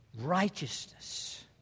righteousness